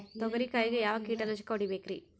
ತೊಗರಿ ಕಾಯಿಗೆ ಯಾವ ಕೀಟನಾಶಕ ಹೊಡಿಬೇಕರಿ?